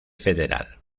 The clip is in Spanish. federal